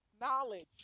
knowledge